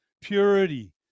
purity